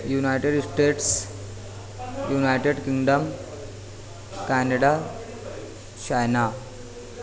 United States United Kingdom Canada China